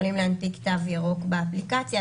יכולים להנפיק תו ירוק באפליקציה,